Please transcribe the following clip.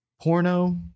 porno